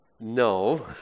No